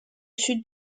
sud